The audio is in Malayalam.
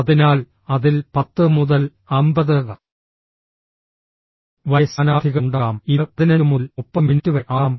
അതിനാൽ അതിൽ 10 മുതൽ 50 വരെ സ്ഥാനാർത്ഥികളുണ്ടാകാം ഇത് 15 മുതൽ 30 മിനിറ്റ് വരെ ആകാം